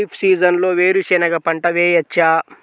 ఖరీఫ్ సీజన్లో వేరు శెనగ పంట వేయచ్చా?